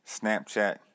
Snapchat